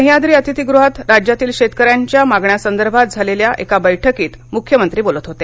सह्याद्री अतिथीगृहात राज्यातील शेतकऱ्यांच्या मागण्यांसंदर्भात झालेल्या एका बैठकीत मुख्यमंत्री बोलत होते